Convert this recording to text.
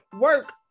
work